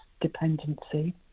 dependency